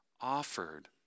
offered